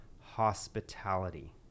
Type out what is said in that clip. hospitality